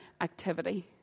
activity